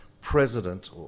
president